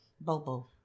Bobo